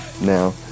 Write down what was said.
now